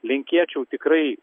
linkėčiau tikrai